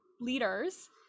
leaders